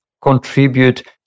contribute